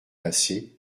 passer